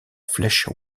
flèche